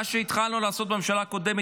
מה שהתחלנו לעשות בממשלה הקודמת,